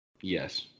Yes